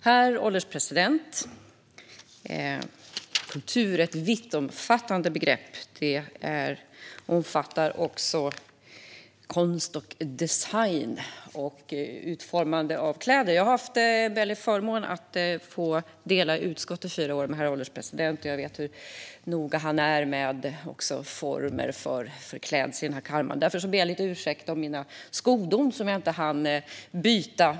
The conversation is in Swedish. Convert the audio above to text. Herr ålderspresident! Kultur är ett vittomfattande begrepp. Det omfattar även konst och design och utformning av kläder. Jag har haft den stora förmånen att få dela utskott med herr ålderspresidenten i fyra år, och jag vet hur noga han är även med klädseln i denna kammare. Därför ber jag lite om ursäkt för mina skodon, som jag inte hann byta.